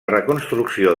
reconstrucció